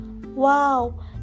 Wow